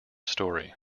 story